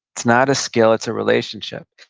it's not a skill. it's a relationship.